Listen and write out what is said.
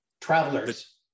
Travelers